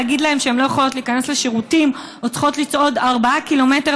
להגיד להן שהן לא יכולות להיכנס לשירותים או צריכות לצעוד ארבעה קילומטרים